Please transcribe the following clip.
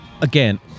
again